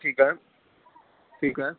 ठीकु आहे ठीकु आहे